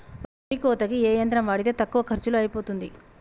వరి కోతకి ఏ యంత్రం వాడితే తక్కువ ఖర్చులో అయిపోతుంది?